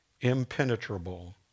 impenetrable